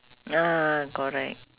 ah correct